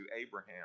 Abraham